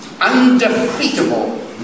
undefeatable